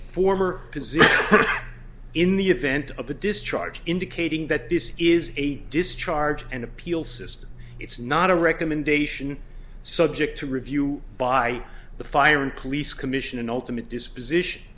position in the event of a discharge indicating that this is a discharge and appeal system it's not a recommendation subject to review by the fire and police commission and ultimate disposition